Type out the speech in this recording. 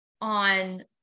on